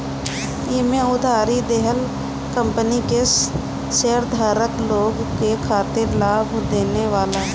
एमे उधारी देहल कंपनी के शेयरधारक लोग के खातिर लाभ देवेला